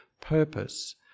purpose